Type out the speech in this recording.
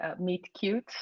meet-cute